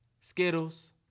Skittles